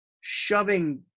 shoving